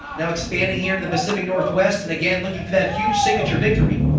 now expanding here into the pacific northwest and again looking for that huge signature victory